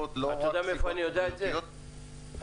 --- נכון,